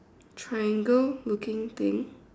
triangle looking thing